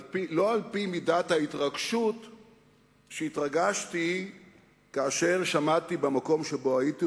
לא על-פי מידת ההתרגשות שהתרגשתי כאשר שמעתי במקום שבו הייתי,